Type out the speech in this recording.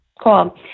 Cool